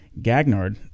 Gagnard